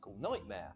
nightmare